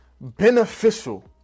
beneficial